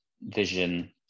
vision